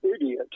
idiot